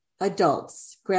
adults